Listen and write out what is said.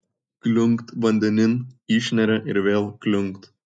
kliunkt vandenin išneria ir vėl kliunkt